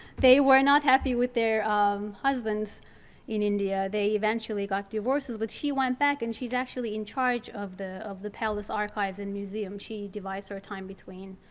they were not happy with their husbands in india. they eventually got divorces but she went back and she's actually in charge of the of the palace archives and museums. she divides her time between.